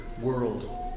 world